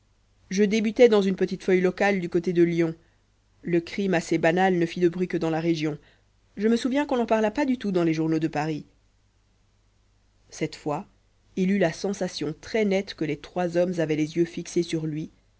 je débutais dans une petite feuille locale du côté de lyon le crime assez banal ne fit de bruit que dans la région je me souviens qu'on n'en parla pas du tout dans les journaux de paris cette fois il eut la sensation très nette que les trois hommes avaient les yeux fixés sur lui